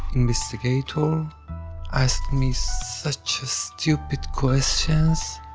investigator ask me such a stupid questions.